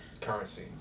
currency